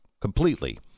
Completely